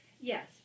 Yes